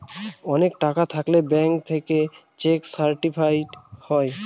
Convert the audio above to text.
অনেক টাকা থাকলে ব্যাঙ্ক থেকে চেক সার্টিফাইড হয়